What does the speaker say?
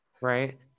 right